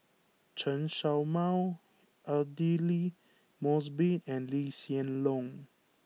Chen Show Mao Aidli Mosbit and Lee Hsien Loong